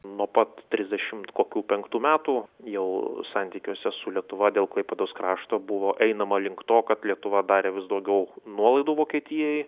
nuo pat trisdešimt kokių penktų metų jau santykiuose su lietuva dėl klaipėdos krašto buvo einama link to kad lietuva darė vis daugiau nuolaidų vokietijai